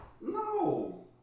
No